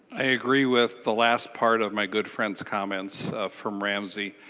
i agree with the last part of my good friends comments from ramsey.